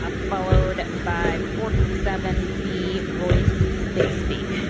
ah followed by forty seven b, royce bixby.